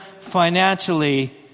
financially